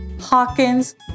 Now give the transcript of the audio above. Hawkins